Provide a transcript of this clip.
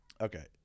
Okay